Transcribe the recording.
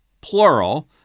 plural